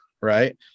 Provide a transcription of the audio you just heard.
right